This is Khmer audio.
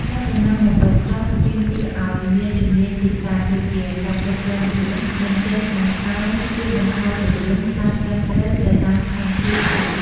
អ្នកប្រណាំង Motocross ទាមទារឲ្យមានជំនាញជាច្រើនដូចជា ការគ្រប់គ្រងល្បឿន និងចេះបង្កើនឬបន្ថយល្បឿនបានត្រឹមត្រូវទៅតាមស្ថានភាពផ្លូវ។